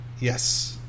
Yes